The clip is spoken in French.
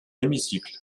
l’hémicycle